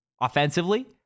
offensively